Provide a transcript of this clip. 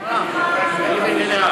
מה אתי?